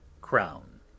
crown